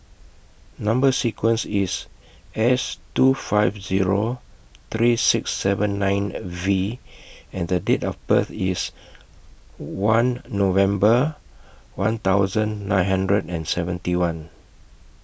Number sequence IS S two five Zero three six seven nine V and The Date of birth IS one November one thousand nine hundred and seventy one